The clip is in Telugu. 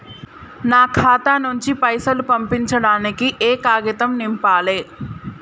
నా ఖాతా నుంచి పైసలు పంపించడానికి ఏ కాగితం నింపాలే?